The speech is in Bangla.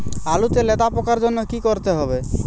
আলুতে লেদা পোকার জন্য কি করতে হবে?